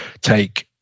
take